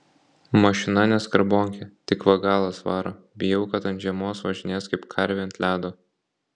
mašina ne skarbonkė tik va galas varo bijau kad ant žiemos važinės kaip karvė ant ledo